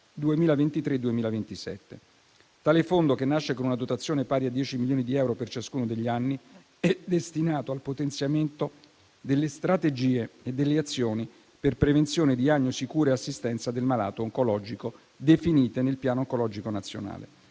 2023-2027. Tale fondo, che nasce con una dotazione pari a 10 milioni di euro per ciascuno degli anni, è destinato al potenziamento delle strategie e delle azioni per prevenzione, diagnosi, cura e assistenza del malato oncologico, definite nel piano oncologico nazionale.